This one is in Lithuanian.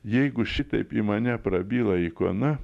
jeigu šitaip į mane prabyla ikona